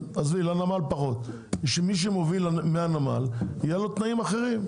מהנמל, יהיו לו תנאים אחרים.